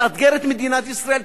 תאתגר את מדינת ישראל,